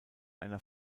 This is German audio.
einer